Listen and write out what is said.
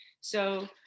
So-